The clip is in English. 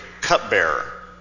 cupbearer